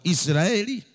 Israeli